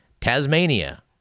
Tasmania